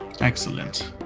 Excellent